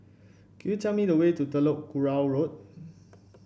could you tell me the way to Telok Kurau Road